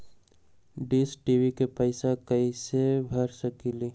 Dish TV के पैईसा कईसे भर सकली?